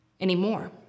anymore